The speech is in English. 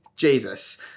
Jesus